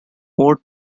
more